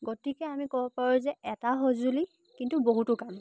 গতিকে আমি ক'ব পাৰোঁ যে এটা সঁজুলি কিন্তু বহুতো কাম